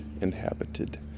inhabited